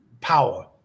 power